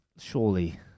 surely